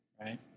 right